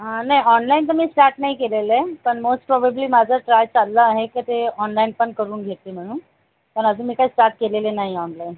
हां नाही ऑनलाईन तर मी स्टार्ट नाही केलेलं आहे पण मोस्ट प्रॉबेब्ली माझा ट्राय चालला आहे का ते ऑनलाईन पण करून घेते म्हणून पण अजून मी काही स्टार्ट केलेले नाही आहे ऑनलाईन